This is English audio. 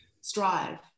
strive